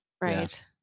Right